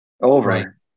over